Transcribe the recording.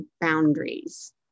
boundaries